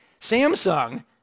Samsung